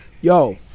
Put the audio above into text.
yo